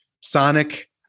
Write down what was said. sonic